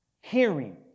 hearing